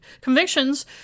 convictions